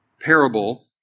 parable